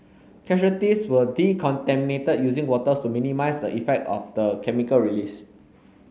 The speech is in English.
casualties were decontaminated using waters to minimise the effect of the chemical release